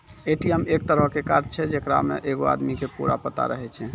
ATM एक तरहो के कार्ड छै जेकरा मे एगो आदमी के पूरा पता रहै छै